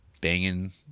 banging